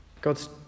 God's